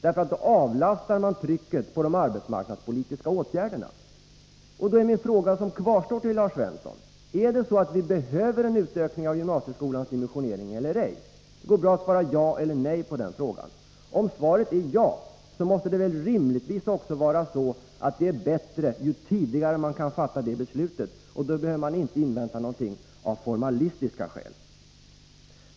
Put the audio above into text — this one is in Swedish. Då avlastar man trycket på de arbetsmarknadspolitiska åtgärderna. Då kvarstår min fråga till Lars Svensson:' Behöver vi en utökning av gymnasieskolans dimensionering eller ej? Det går bra att svara ja eller nej på den frågan. Om svaret är ja, måste det väl rimligtvis också vara bättre ju tidigare man kan fatta det beslutet, och då behöver man inte invänta någonting av formalistiska skäl.